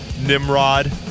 Nimrod